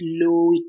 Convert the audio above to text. slow